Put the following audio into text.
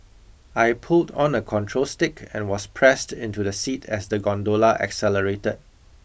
I pulled on a control stick and was pressed into the seat as the gondola accelerated